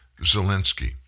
Zelensky